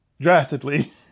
drastically